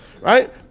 right